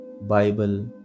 Bible